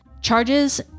charges